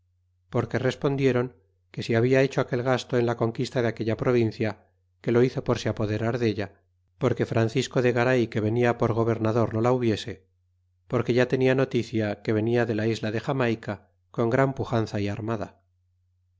porque respondiéron que si habla hecho aquel gasto en la conquista de aquella provincia que lo hizo por se apoderar della porque francisco de garay que venia por gobernador no la hubiese porque ya tenia noticia que venia de la isla de jamayca con gran pujanza y armada